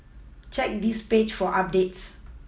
check this page for updates